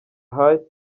haye